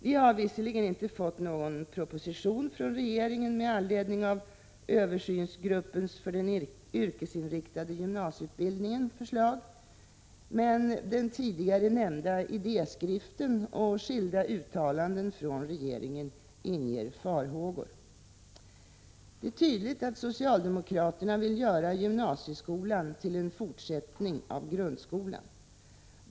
Vi har visserligen inte fått någon proposition från regeringen med anledning av förslaget från översynsgruppen för den yrkesinriktade gymnasieutbildningen, men den tidigare nämnda idéskriften och skilda uttalanden från regeringen inger farhågor. Det är tydligt att socialdemokraterna vill göra gymnasieskolan till en fortsättning av grundskolan.